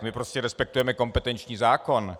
My prostě respektujeme kompetenční zákon.